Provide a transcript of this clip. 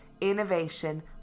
innovation